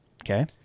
Okay